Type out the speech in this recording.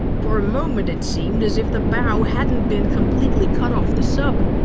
for a moment, it seemed as if the bow hadn't been completely cut off the sub,